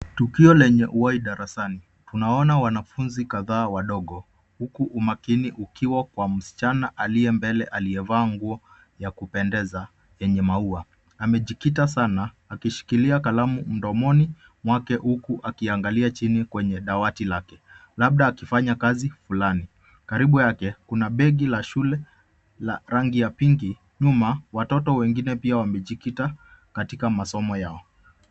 Tukio lenye wild darasani tunaona wanafunzi kadhaa wadogo huku umakini ukiwa kwa msichana aliye mbele aliyevaa nguo ya kupendeza yenye maua ,amejikita sana akishikilia kalamu mdomoni mwake huku akiangalia chini kwenye dawati lake, labda akifanya kazi fulani karibu yake kuna begi la shule la rangi ya pinki nyuma watoto wengine pia wamejikita katika masomo yao.